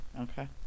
Okay